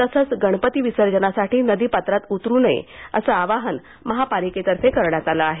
तसंच गणपती विसर्जनासाठी नदीपात्रात उतरू नये असं आवाहन महानगरपालिकेतर्फे करण्यात आलं आहे